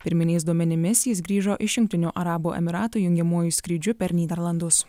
pirminiais duomenimis jis grįžo iš jungtinių arabų emyratų jungiamuoju skrydžiu per nyderlandus